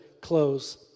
close